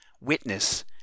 witness